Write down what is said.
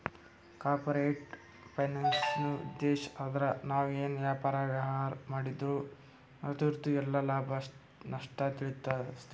corporate ಫೈನಾನ್ಸ್ದುಉದ್ಧೇಶ್ ಅಂದ್ರ ನಾವ್ ಏನೇ ವ್ಯಾಪಾರ, ವ್ಯವಹಾರ್ ಮಾಡಿದ್ರು ಅದುರ್ದು ಎಲ್ಲಾ ಲಾಭ, ನಷ್ಟ ತಿಳಸ್ತಾದ